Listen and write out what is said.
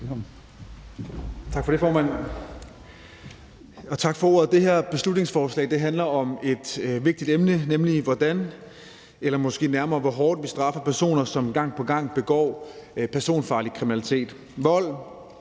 Tak for ordet, formand. Det her beslutningsforslag handler om et vigtigt emne, nemlig hvordan eller måske nærmere hvor hårdt vi straffer personer, som gang på gang begår personfarlig kriminalitet. Vold,